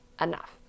enough